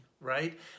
Right